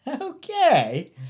Okay